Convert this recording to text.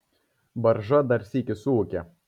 barža dar sykį suūkė